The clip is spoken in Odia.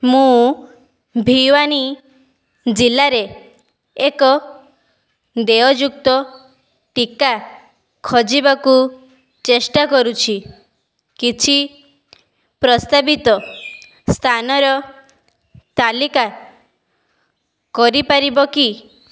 ମୁଁ ଭିୱାନୀ ଜିଲ୍ଲାରେ ଏକ ଦେୟଯୁକ୍ତ ଟିକା ଖୋଜିବାକୁ ଚେଷ୍ଟା କରୁଛି କିଛି ପ୍ରସ୍ତାବିତ ସ୍ଥାନର ତାଲିକା କରିପାରିବ କି